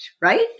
right